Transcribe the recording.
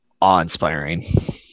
awe-inspiring